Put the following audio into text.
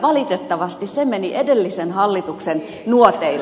valitettavasti se meni edellisen hallituksen nuoteilla